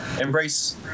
embrace